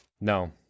No